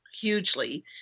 hugely